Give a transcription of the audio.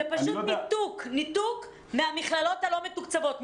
זה פשוט ניתוק, ניתוק מהמכללות הלא מתוקצבות.